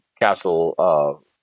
Castle